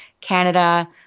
Canada